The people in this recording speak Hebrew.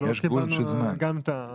יש לנו עוד בין